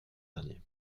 dernier